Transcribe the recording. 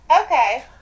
Okay